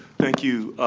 thank you.